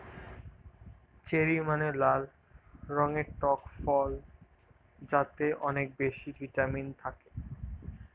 cherry মানে লাল রঙের টক ফল যাতে অনেক বেশি ভিটামিন থাকে